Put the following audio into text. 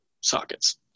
sockets